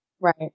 Right